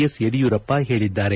S Yediyurappa ಹೇಳಿದ್ದಾರೆ